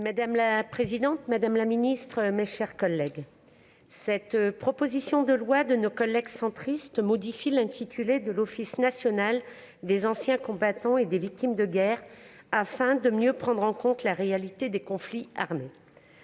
Madame la présidente, madame la ministre, mes chers collègues, cette proposition de loi de nos collègues centristes modifie l'intitulé de l'Office national des anciens combattants et victimes de guerre afin de mieux prendre en compte la réalité des conflits armés.